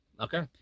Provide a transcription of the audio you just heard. Okay